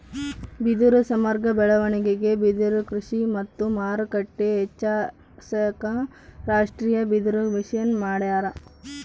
ಬಿದಿರು ಸಮಗ್ರ ಬೆಳವಣಿಗೆಗೆ ಬಿದಿರುಕೃಷಿ ಮತ್ತು ಮಾರುಕಟ್ಟೆ ಹೆಚ್ಚಿಸಾಕ ರಾಷ್ಟೀಯಬಿದಿರುಮಿಷನ್ ಮಾಡ್ಯಾರ